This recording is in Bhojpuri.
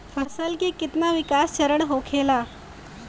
फसल के कितना विकास चरण होखेला?